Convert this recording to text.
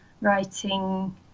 writing